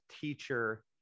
teacher